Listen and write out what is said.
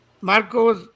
Marcos